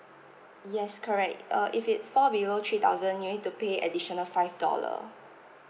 yes correct uh if it fall below three thousand you need to pay additional five dollar